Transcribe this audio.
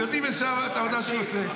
יודעים את העבודה שהוא עושה.